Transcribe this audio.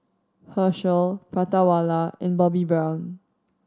Herschel Prata Wala and Bobbi Brown